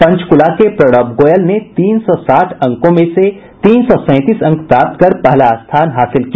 पंचकूला के प्रणब गोयल ने तीन सौ साठ अंकों में से तीन सौ सैंतीस अंक प्राप्त कर पहला स्थान हासिल किया